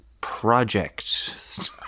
project